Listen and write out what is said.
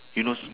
who knows